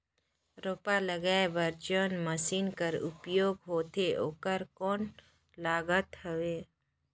रोपा लगाय बर जोन मशीन कर उपयोग होथे ओकर कौन लागत हवय?